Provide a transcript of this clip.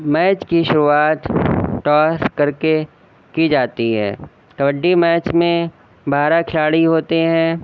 match کی شروعات toss کر کے کی جاتی ہے کبڈی میچ میں بارہ کھلاڑی ہوتے ہیں